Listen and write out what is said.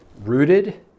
rooted